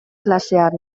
klasean